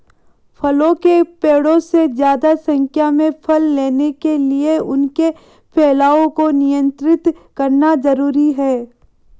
फलों के पेड़ों से ज्यादा संख्या में फल लेने के लिए उनके फैलाव को नयन्त्रित करना जरुरी है